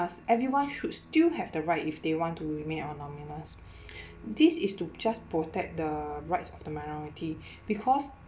everyone should still have the right if they want to remain this is to just protect the rights of the minority because